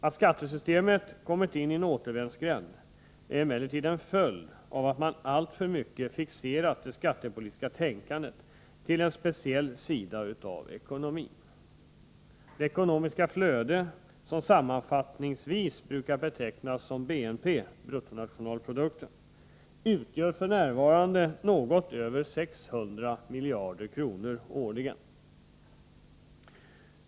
Att skattesystemet kommit in i en återvändsgränd är emellertid en följd av att man alltför mycket fixerat det skattepolitiska tänkandet till en speciell sida av ekonomin. Det ekonomiska flöde som sammanfattningsvis brukar betecknas som BNP utgör f. n. något över 600 miljarder kronor årligen.